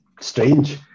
strange